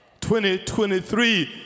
2023